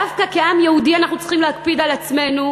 דווקא כעם היהודי אנחנו צריכים להקפיד על עצמנו